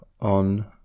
on